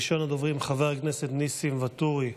ראשון הדוברים, חבר הכנסת נסים ואטורי,